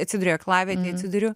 atsiduri aklavietėj atsiduriu